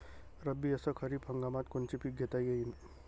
रब्बी अस खरीप हंगामात कोनचे पिकं घेता येईन?